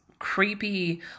creepy